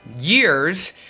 years